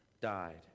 died